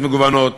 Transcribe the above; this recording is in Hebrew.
זיכרונם לברכה.